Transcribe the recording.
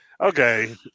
Okay